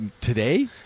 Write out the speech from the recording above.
Today